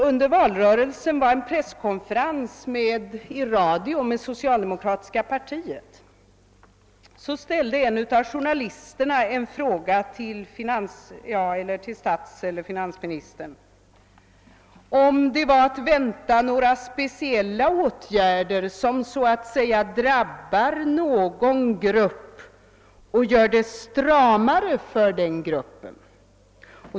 Under en presskonferens i radio med socialdemokratiska partiets representanter i samband med valrörelsen ställde en journalist en fråga till statseller finansministern, om det var att vänta speciella åtgärder som skulle drabba någon grupp och göra läget så att säga stramare för den gruppen.